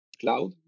cloud